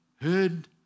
heard